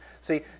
See